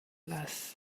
las